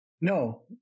No